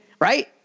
right